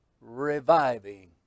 Reviving